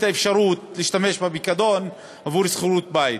האפשרות להשתמש בפיקדון עבור שכירות בית.